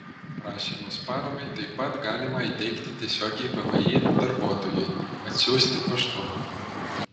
prašymus paramai taip pat galima įteikti tiesiogiai vmi darbuotojui atsiųsti paštu